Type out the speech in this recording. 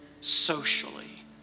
socially